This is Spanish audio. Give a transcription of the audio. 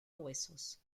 huesos